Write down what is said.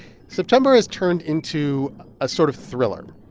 september has turned into a sort of thriller.